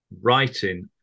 writing